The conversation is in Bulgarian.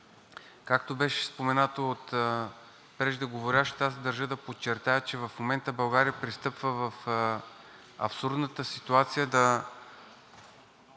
както беше споменато от преждеговорившите, аз държа да подчертая, че в момента България пристъпва в абсурдната ситуация с